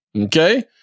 Okay